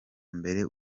mbere